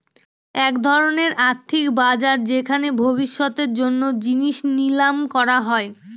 এক ধরনের আর্থিক বাজার যেখানে ভবিষ্যতের জন্য জিনিস নিলাম করা হয়